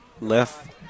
left